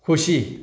खुसी